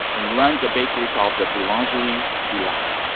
and he runs a bakery called the boulangerie du lac.